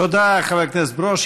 תודה לחבר הכנסת ברושי.